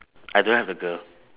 I don't have the girl